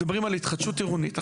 מדברים על התחדשות עירונית.